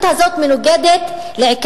לרשותך